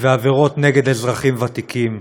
ועבירות נגד אזרחים ותיקים.